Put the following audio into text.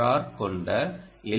R கொண்ட L